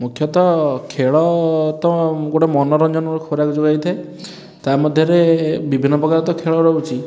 ମୁଖ୍ୟତଃ ଖେଳ ତ ଗୋଟେ ମନୋରଞ୍ଜନର ଖୋରାକ ଯୋଗାଇଥାଏ ତା ମଧ୍ୟରେ ବିଭିନ୍ନ ପ୍ରକାରର ତ ଖେଳ ରହୁଛି